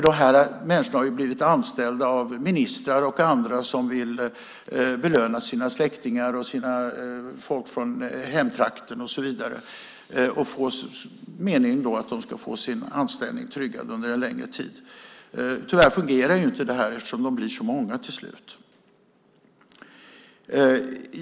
Dessa människor har blivit anställda av ministrar och andra som vill belöna sina släktingar, folk från hemtrakten och så vidare i den meningen att de ska få sin anställning tryggad under en längre tid. Tyvärr fungerar inte detta eftersom de blir så många till slut.